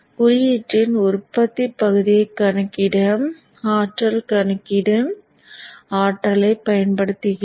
குறியீட்டின் உற்பத்திப் பகுதியைக் கணக்கிட ஆற்றல் கணக்கீடு ஆற்றலைப் பயன்படுத்துகிறோம்